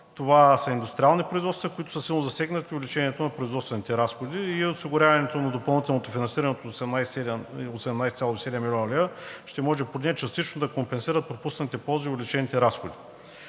Това са индустриални производства, които са силно засегнати от увеличението на производствените разходи и от осигуряването на допълнително финансиране от 18,7 млн. лв. – ще може поне частично да компенсират пропуснатите ползи и увеличените разходи.